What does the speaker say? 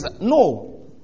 No